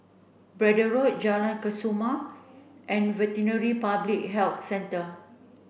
Braddell Road Jalan Kesoma and Veterinary Public Health Centre